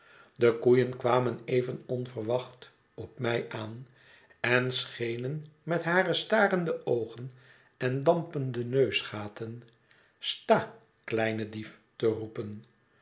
de koeien kwamen even onverwacht op mij aan en schenen met hare starende oogen en dampende neusgaten sta kleine dief j te roepen